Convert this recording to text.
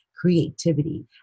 creativity